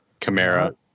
Camara